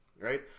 right